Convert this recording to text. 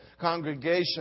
congregation